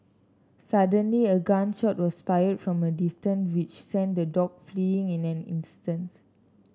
suddenly a gun shot was fired from a distance which sent the dogs fleeing in an instant